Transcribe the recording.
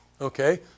Okay